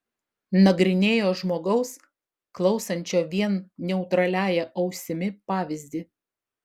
nagrinėjo žmogaus klausančio vien neutraliąja ausimi pavyzdį